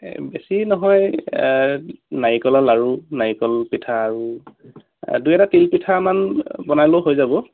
বেছি নহয় নাৰিকলৰ লাড়ু নাৰিকল পিঠা আৰু দুই এটা তিল পিঠামান বনালেও হৈ যাব